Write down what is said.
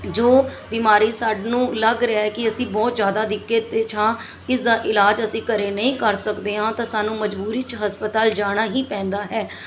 ਜੋ ਬਿਮਾਰੀ ਸਾਨੂੰ ਲੱਗ ਰਿਹਾ ਕਿ ਅਸੀਂ ਬਹੁਤ ਜ਼ਿਆਦਾ ਦਿੱਕਤ 'ਚ ਹਾਂ ਇਸ ਦਾ ਇਲਾਜ ਅਸੀਂ ਘਰੇ ਨਹੀਂ ਕਰ ਸਕਦੇ ਹਾਂ ਤਾਂ ਸਾਨੂੰ ਮਜਬੂਰੀ 'ਚ ਹਸਪਤਾਲ ਜਾਣਾ ਹੀ ਪੈਂਦਾ ਹੈ